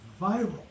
viral